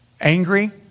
angry